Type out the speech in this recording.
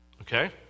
Okay